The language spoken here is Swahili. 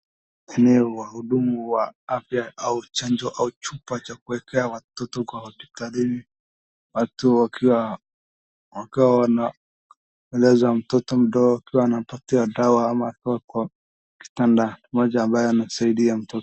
Eneo wa huduma wa afya au chanjo au chupa cha kuwekea watoto kwa hospitalini. Watu wakiwa wakiwa wanaeleza mtoto mdogo akiwa anapatiwa dawa ama akiwa kwa kitanda. Moja ambaye anasaidia mtoto.